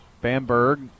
Bamberg